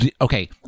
Okay